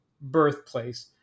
birthplace